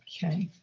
okay.